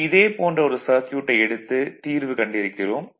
முன்பு இதே போன்ற ஒரு சர்க்யூட்டை எடுத்து தீர்வு கண்டிருக்கிறோம்